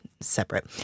separate